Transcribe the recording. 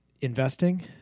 investing